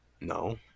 No